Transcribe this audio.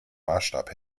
maßstab